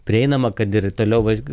prieinama kad ir toliau važ